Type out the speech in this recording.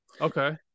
okay